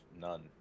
none